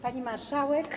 Pani Marszałek!